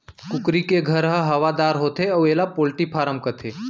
कुकरी के घर ह हवादार होथे अउ एला पोल्टी फारम कथें